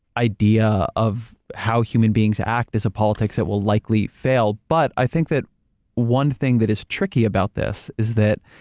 idea of how human beings act is a politics that will likely fail but, i think that one thing that is tricky about this is that